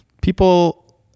People